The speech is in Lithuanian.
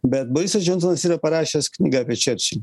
bet borisas džonsonas yra parašęs knygą apie čerčilį